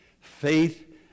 Faith